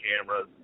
cameras